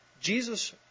Jesus